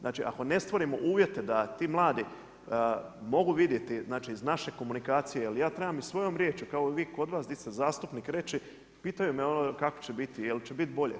Znači ako ne stvorimo uvjete da ti mladi mogu vidjeti, iz naše komunikacije, jer ja trebam i svojom riječi kao i vi kod vas, di se zastupnik reći, pitaju ono kako će biti, jel će biti bolje.